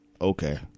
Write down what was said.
okay